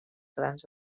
grans